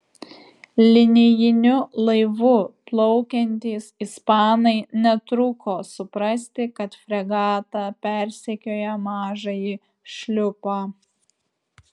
linijiniu laivu plaukiantys ispanai netruko suprasti kad fregata persekioja mažąjį šliupą